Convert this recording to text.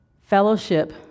Fellowship